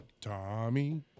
Tommy